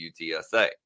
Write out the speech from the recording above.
UTSA